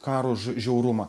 karo žiaurumą